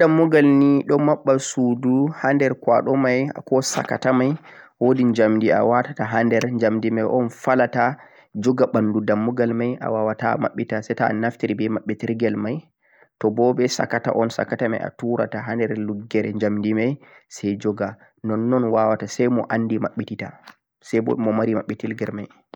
kh adon dammughal ni don babba suudu hander gwado mei ko sakata mei woodi jamde awaatata hander jamdi mei o'n falata jogha banduu dammughal mei awaawata babbita sai taa anaftare be babbi tirgyel mei toh boo be sakata o'n sakata mei atuurata hander luggeral jamdi mei sai joogha non-non wawata sai m andi babbitetaa sai mo'mamari babbitirgel mei